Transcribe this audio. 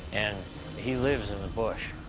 and he lives in the bush.